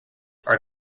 are